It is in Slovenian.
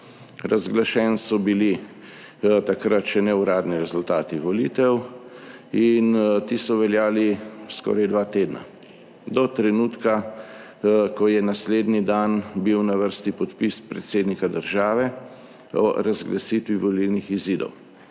Razglašeni so bili takrat še neuradni rezultati volitev in ti so veljali skoraj dva tedna, do trenutka, ko je naslednji dan bil na vrsti podpis predsednika države o razglasitvi volilnih izidov.